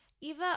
Eva